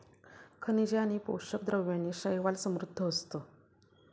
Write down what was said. खनिजे आणि पोषक द्रव्यांनी शैवाल समृद्ध असतं